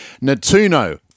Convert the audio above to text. Natuno